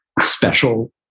special